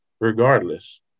regardless